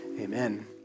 Amen